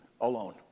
alone